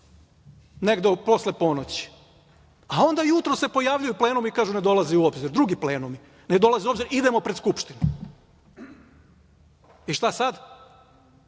negde posle ponoći, a onda jutros se pojavljuju plenumi i kažu – ne dolazi u obzir. Drugi plenumi – ne dolazi u obzir, idemo pred Skupštinu. Šta sad?